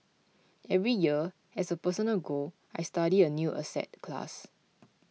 every year as a personal goal I study a new asset class